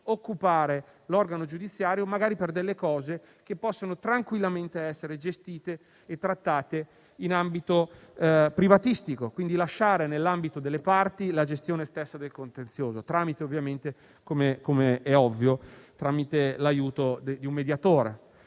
occupando l'organo giudiziario magari per questioni che possono tranquillamente essere gestite e trattate in ambito privatistico. L'obiettivo quindi è lasciare nell'ambito delle parti la gestione stessa del contenzioso, tramite, come è ovvio, l'ausilio di un mediatore.